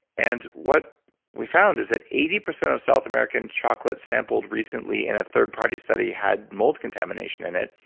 and what we found is that eighty percent of south american chocolate sampled recently in a third party study had malt contamination in it,